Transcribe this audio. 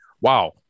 wow